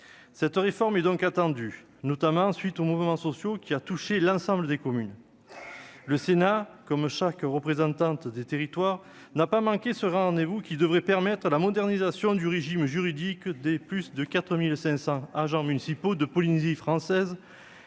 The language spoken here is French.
Cette réforme était donc attendue, notamment à la suite des mouvements sociaux qui ont touché l'ensemble des communes. Le Sénat, chambre qui représente les territoires, n'a pas manqué ce rendez-vous, qui devrait permettre la modernisation du régime juridique des plus de 4 700 agents municipaux de Polynésie française